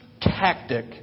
tactic